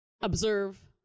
observe